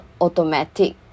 automatic